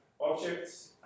objects